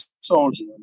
soldier